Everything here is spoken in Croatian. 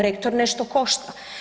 Rektor nešto košta.